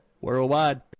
Worldwide